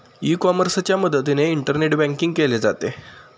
E कॉमर्सच्या मदतीने internet banking केले जाते